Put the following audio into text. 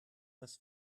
das